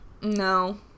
No